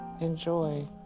Enjoy